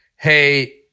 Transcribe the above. Hey